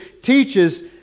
teaches